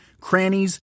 crannies